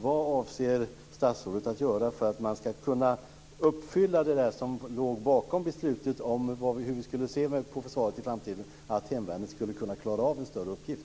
Vad avser statsrådet att göra för att kunna uppfylla vad som låg bakom beslutet om försvaret i framtiden, dvs. att hemvärnet ska klara en större uppgift?